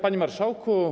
Panie Marszałku!